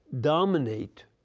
dominate